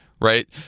right